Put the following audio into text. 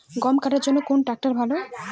গম কাটার জন্যে কোন ট্র্যাক্টর ভালো?